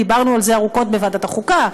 דיברנו על זה ארוכות בוועדת החוקה.